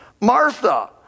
Martha